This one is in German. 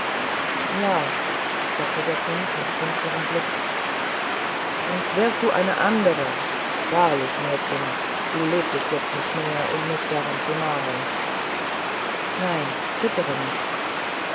ja sagte der prinz mit einem finsteren blick und wärst du eine andere wahrlich mädchen du lebtest jetzt nicht mehr um mich daran zu mahnen nein zittere nicht